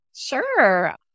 Sure